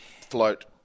float